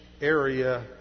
area